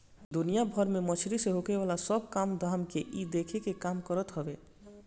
दुनिया भर में मछरी से होखेवाला सब काम धाम के इ देखे के काम करत हवे